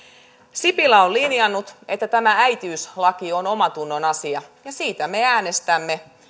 sipilä on linjannut että tämä äitiyslaki on omantunnon asia ja siitä me äänestämme